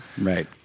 Right